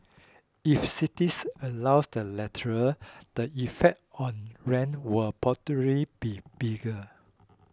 if cities allow the latter the effect on rents will probably be bigger